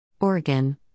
Oregon